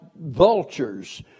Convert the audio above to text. vultures